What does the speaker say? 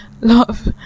love